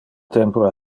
tempore